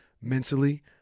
mentally